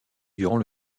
durant